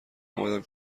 اومدم